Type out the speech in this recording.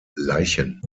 leichen